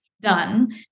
done